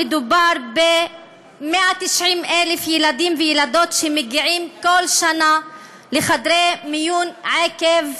מדובר ב-190,000 ילדים וילדות שמגיעים כל שנה לחדרי מיון עקב